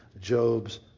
Job's